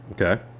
Okay